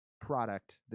product